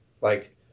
Like-